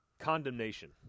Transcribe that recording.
condemnation